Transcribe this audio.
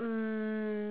um